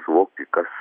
suvokti kas